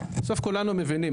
בסוף כולנו מבינים,